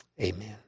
Amen